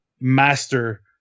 master